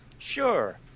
Sure